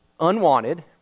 unwanted